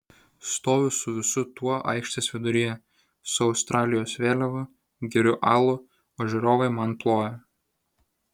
stoviu su visu tuo aikštės viduryje su australijos vėliava geriu alų o žiūrovai man ploja